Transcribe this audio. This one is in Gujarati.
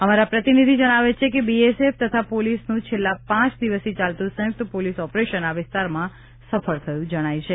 અમારા પ્રતિનિધિ જણાવે છે કે બીએસએફ તથા પોલીસનું છેલ્લાં પાંચ દિવસથી ચાલતું સંયુક્ત પોલીસ ઓપરેશન આ વિસ્તારમાં સફળ થતું જણાય છે